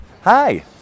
Hi